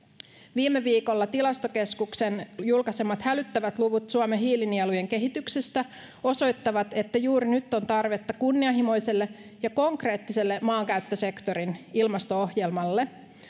viime viikolla tilastokeskuksen julkaisemat hälyttävät luvut suomen hiilinielujen kehityksestä osoittavat että juuri nyt on tarvetta kunnianhimoiselle ja konkreettiselle maankäyttösektorin ilmasto ohjelmalle